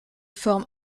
forme